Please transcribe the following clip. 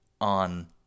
on